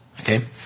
Okay